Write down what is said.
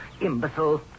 imbecile